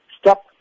Stop